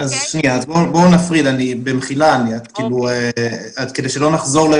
בואו נפריד כדי שלא נחזור.